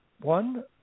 One